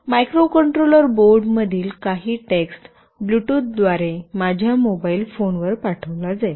microcontroller board मधील काही text Bluetooth द्वारे माझ्या मोबाइल फोनवर पाठविला जाईल